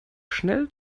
schnell